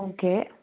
okay